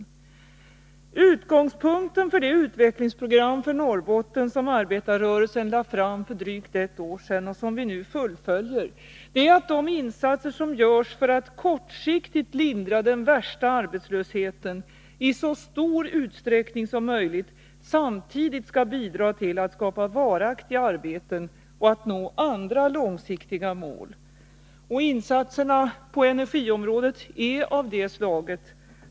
En utgångspunkt för det utvecklingsprogram för Norrbotten som arbetarrörelsen lade fram för ett drygt år sedan och som vi nu fullföljer är att de insatser som görs för att kortsiktigt lindra den värsta arbetslösheten i så stor utsträckning som möjligt samtidigt skall bidra till att skapa varaktiga arbeten och att nå andra långsiktiga mål. Insatserna på energiområdet är av det slaget.